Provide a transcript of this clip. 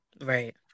Right